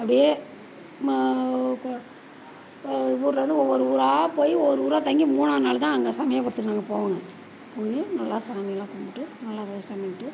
அப்படியே நம்ம இப்போ ஊரில் வந்து ஒவ்வொரு ஊராக போய் ஒவ்வொரு ஊராக தங்கி மூணு நாளுதான் அங்கே சமயபுரத்துக்கு நாங்கள் போவோங்க போய் நல்லா சாமியெல்லாம் கும்பிட்டு நல்லா தரிசனம் பண்ணிட்டு